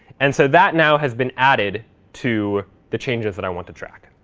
and so that now has been added to the changes that i want to track.